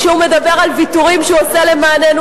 כשהוא מדבר על ויתורים שהוא עושה למעננו,